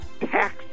tax